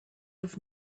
have